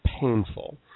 painful